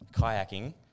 kayaking